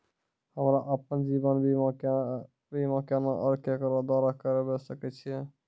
हमरा आपन जीवन बीमा केना और केकरो द्वारा करबै सकै छिये?